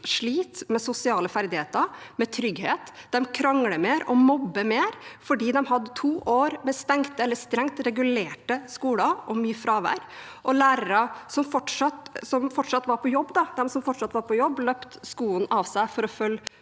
sliter med sosiale ferdigheter, med trygghet, de krangler mer og mobber mer fordi de hadde to år med stengte eller strengt regulerte skoler og mye fravær, og lærerne som fortsatt var på jobb, løp skoene av seg for å følge